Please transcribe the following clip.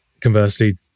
conversely